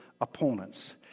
opponents